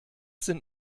sind